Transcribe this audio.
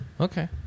okay